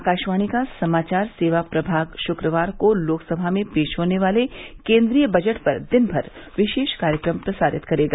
आकाशवाणी का समाचार सेवा प्रमाग शुक्रवार को लोकसभा में पेश होने वाले केन्द्रीय बजट पर दिनमर विशेष कार्यक्रम प्रसारित करेगा